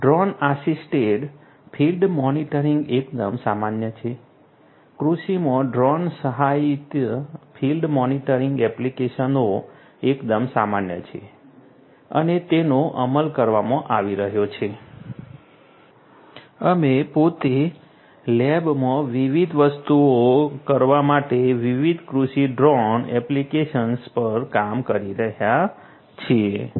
drone assisted field monitoring એકદમ સામાન્ય છે કૃષિમાં ડ્રોન સહાયિત ફીલ્ડ મોનિટરિંગ એપ્લિકેશનો એકદમ સામાન્ય છે અને તેનો અમલ કરવામાં આવી રહ્યો છે અમે પોતે લેબમાં વિવિધ વસ્તુઓ કરવા માટે વિવિધ કૃષિ ડ્રોન એપ્લિકેશન્સ પર કામ કરી રહ્યા છીએ